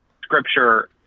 Scripture